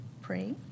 pray